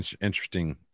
interesting